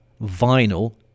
vinyl